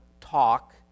talk